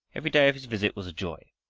every day of his visit was a joy.